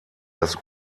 das